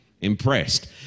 impressed